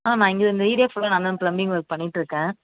ஆ நான் இங்கே இந்த ஏரியா ஃபுல்லாக நான் தான் ப்ளம்மிங் ஒர்க் பண்ணிகிட்ருக்கேன்